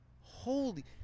Holy